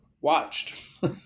watched